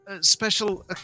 special